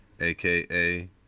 aka